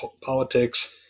politics